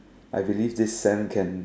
I believe this thing can